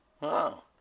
Wow